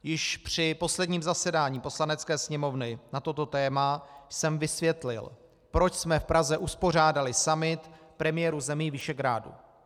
Již při posledním zasedání Poslanecké sněmovny na toto téma jsem vysvětlil, proč jsme v Praze uspořádali summit premiérů zemí Visegrádu.